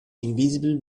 invisible